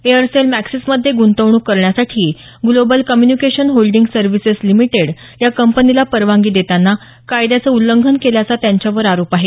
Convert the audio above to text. Aircel मॅक्सिसमध्ये गुंतवणूक करण्यासाठी global communication holding services limited या कंपनीला परवानगी देताना कायद्याचं उल्लंघन केल्याचा त्यांच्यावर आरोप आहे